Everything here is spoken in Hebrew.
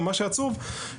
מה שעצוב הוא,